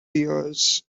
ears